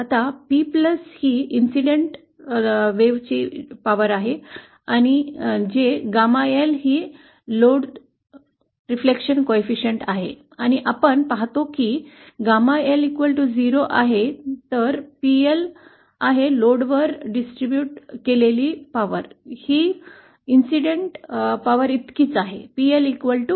आता P ही घटना लहरीची शक्ती आहे जे ℾL ही लोड परावर्तन गुणांक आहे आणि आम्ही पाहतो की जे ℾL 0 आहे तर PL आहे लोडवर वितरित केलेली शक्ती ही घटना शक्तीइतकीच आहे PLPi